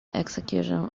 execution